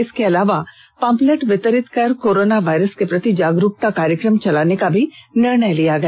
इसके अलावा पंपलेट वितरित कर कोरोना वायरस के प्रति जागरूकता कार्यक्रम चलाने का भी निर्णय लिया गया